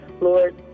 Lord